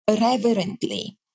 reverently